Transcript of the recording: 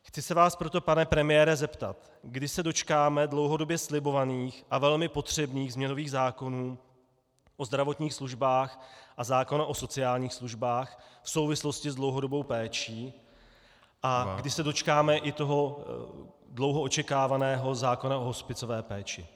Chci se vás proto, pane premiére, zeptat, kdy se dočkáme dlouhodobě slibovaných a velmi potřebných změnových zákonů o zdravotních službách a zákona o sociálních službách v souvislosti s dlouhodobou péčí a kdy se dočkáme i toho dlouho očekávaného zákona o hospicové péči.